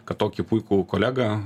kad tokį puikų kolegą